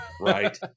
right